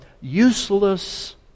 useless